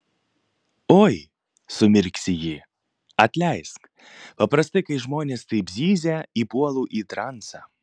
oi sumirksi ji atleisk paprastai kai žmonės taip zyzia įpuolu į transą